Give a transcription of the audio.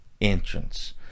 entrance